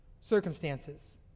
circumstances